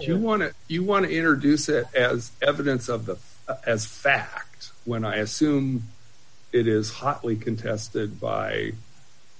if you want to you want to introduce it as evidence of that as fact when i assume it is hotly contested by